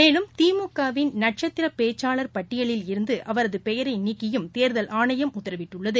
மேலும் திமுகவின் நட்சத்திரபேச்சாளர் பட்டியலிலிருந்துஅவரதுபெயரைநீக்கியும் தேர்தல் ஆணையம் உத்தரவிட்டுள்ளது